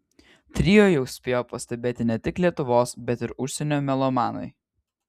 trio jau spėjo pastebėti ne tik lietuvos bet ir užsienio melomanai